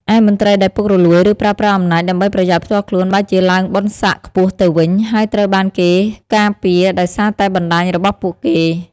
ឯមន្ត្រីដែលពុករលួយ ឬប្រើប្រាស់អំណាចដើម្បីប្រយោជន៍ផ្ទាល់ខ្លួន បែរជាឡើងបុណ្យស័ក្តិខ្ពស់ទៅវិញ ហើយត្រូវបានគេការពារដោយសារតែបណ្តាញរបស់ពួកគេ។